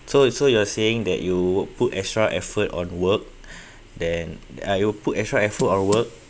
so you so you are saying that you would put extra effort on work then then uh you would put extra effort on work